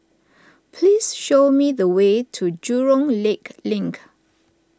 please show me the way to Jurong Lake Link